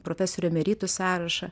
profesorių emeritų sąrašą